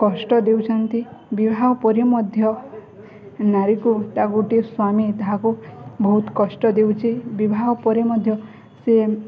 କଷ୍ଟ ଦେଉଛନ୍ତି ବିବାହ ପରି ମଧ୍ୟ ନାରୀକୁ ତା ଗୋଟିଏ ସ୍ୱାମୀ ତାହାକୁ ବହୁତ କଷ୍ଟ ଦେଉଛି ବିବାହ ପରେ ମଧ୍ୟ ସିଏ